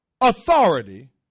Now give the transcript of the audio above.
authority